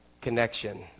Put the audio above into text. connection